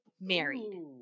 married